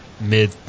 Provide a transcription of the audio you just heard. mid